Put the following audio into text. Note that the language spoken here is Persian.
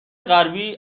غربی